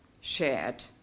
shared